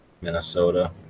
Minnesota